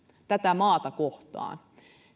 tätä maata kohtaan